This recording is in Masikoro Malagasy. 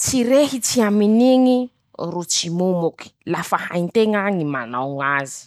tsy rehitsy i aminy iñy ro tsy momoky. lafa hainteña ñy manao ñ'azy.